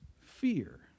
fear